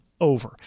over